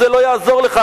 זה לא יעזור לך.